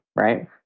right